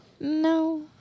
No